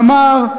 ואמר: